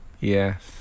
Yes